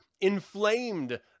inflamed